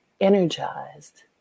energized